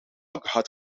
had